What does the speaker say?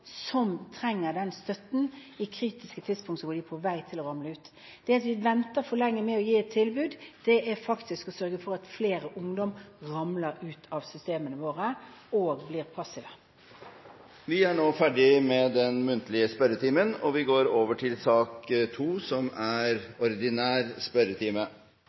som trenger den støtten i kritiske tidspunkt hvor de er på vei til å ramle ut. Det å vente for lenge med å gi et tilbud, er faktisk å sørge for at flere ungdommer ramler ut av systemene våre og blir passive. Dermed er den muntlige spørretimen omme, og vi går videre til